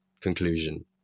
conclusion